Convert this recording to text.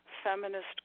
Feminist